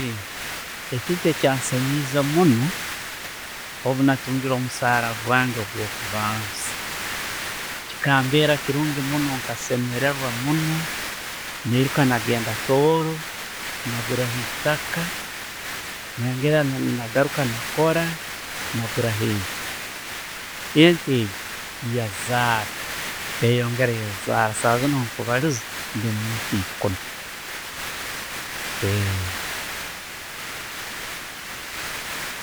Ekiro ekyanseemeize muuno obwenatungire omusaala gwange gwo kubanza. Chikambera kirungi munno, nkasemererwa munno, nairuka nagenda tooro, naguraho eitaaka. Nyongeraho nagaruka nakoora naguraho ente. Ente egyo yaazala, yongela yaazala. Saha ziino nkubaaliiza, ndi mu'nte ekuumi.